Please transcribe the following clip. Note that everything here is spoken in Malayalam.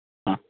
ആ